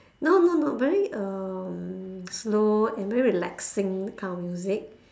no no no very um slow and very relaxing that kind of music